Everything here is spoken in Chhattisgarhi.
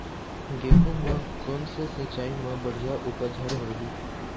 गेहूं म कोन से सिचाई म बड़िया उपज हर होही?